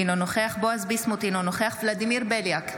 אינו נוכח בועז ביסמוט, אינו נוכח ולדימיר בליאק,